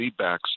feedbacks